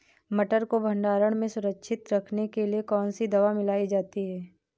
मटर को भंडारण में सुरक्षित रखने के लिए कौन सी दवा मिलाई जाती है?